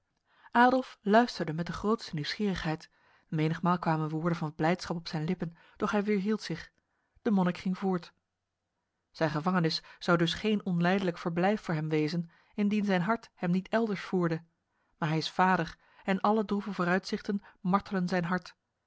adolf luisterde met de grootste nieuwsgierigheid menigmaal kwamen woorden van blijdschap op zijn lippen doch hij weerhield zich de monnik ging voort zijn gevangenis zou dus geen onlijdelijk verblijf voor hem wezen indien zijn hart hem niet elders voerde maar hij is vader en alle droeve vooruitzichten martelen zijn hart